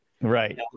Right